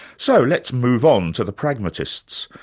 so let's move on to the pragmatists.